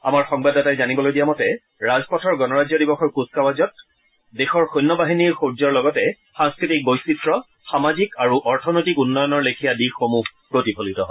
আমাৰ সংবাদদাতাই জানিবলৈ দিয়া মতে ৰাজপথৰ গণৰাজ্য দিৱসৰ কুচকাৱাজত দেশৰ সৈন্য বাহিনীৰ শৌৰ্যৰ লগতে সাংস্কৃতিক বৈচিত্ৰ্য সামাজিক আৰু অৰ্থনৈতিক উন্নয়নৰ লেখিয়া দিশসমূহ প্ৰতিফলিত হয়